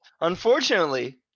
unfortunately